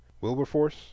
Wilberforce